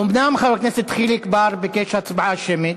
אומנם חבר הכנסת חיליק בר ביקש הצבעה שמית,